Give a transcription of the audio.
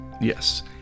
yes